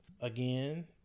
again